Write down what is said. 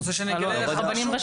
אתה רוצה שאני אגלה לך משהו?